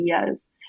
ideas